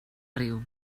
riu